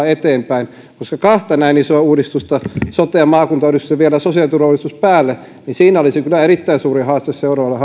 eteenpäin kahdessa näin isossa uudistuksessa sote ja maakuntauudistus ja vielä sosiaaliturvauudistus päälle olisi kyllä erittäin suuri haaste seuraavalle